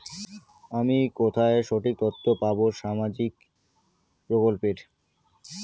আমি কোথায় সঠিক তথ্য পাবো সামাজিক প্রকল্পের?